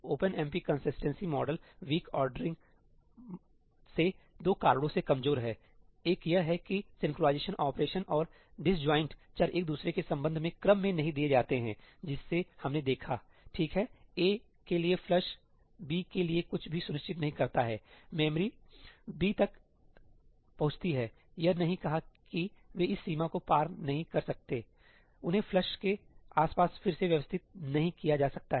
OpenMP consistency model weak ordering से दो कारणों से कमजोर है एक यह है कि सिंक्रनाइज़ेशन ऑपरेशन और डिसजॉइंट चर एक दूसरे के संबंध में क्रम मे नहीं दिए जाते हैं जिसे हमने देखा ठीक है'a' के लिए फ्लश ' b ' के लिए कुछ भी सुनिश्चित नहीं करता है मेमोरी ' b ' तक पहुंचती हैयह नहीं कहा कि वे इस सीमा को पार नहीं कर सकते हैं सही उन्हें फ्लश के आसपास फिर से व्यवस्थित नहीं किया जा सकता है